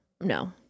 no